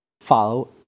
Follow